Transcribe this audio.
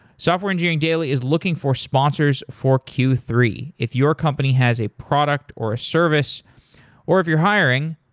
software engineering daily is looking for sponsors for q three. if your company has a product or a service or if you're hiring,